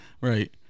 Right